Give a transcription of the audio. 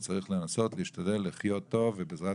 הוא צריך לנסות להשתדל לחיות טוב ובעזרת